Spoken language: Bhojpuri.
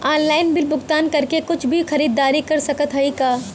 ऑनलाइन बिल भुगतान करके कुछ भी खरीदारी कर सकत हई का?